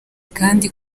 kandi